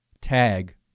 tag